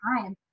time